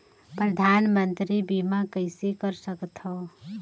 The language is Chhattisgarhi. परधानमंतरी बीमा कइसे कर सकथव?